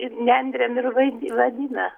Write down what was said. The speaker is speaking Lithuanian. ir nendrėm ir vadi vadina